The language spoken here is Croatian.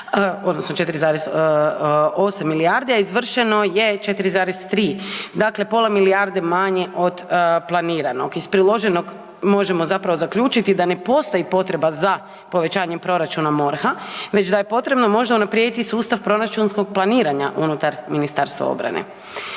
odnosno 4,8 milijardi, a izvršeno je 4,3 dakle pola milijarde manje od planiranog. Iz priloženog možemo zapravo zaključiti da ne postoji potreba za povećanjem proračuna MORH-a, već da je potrebno možda unaprijediti sustav proračunskog planiranja unutar Ministarstva obrane.